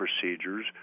procedures